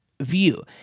view